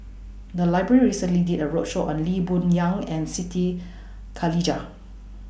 The Library recently did A roadshow on Lee Boon Yang and Siti Khalijah